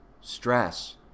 stress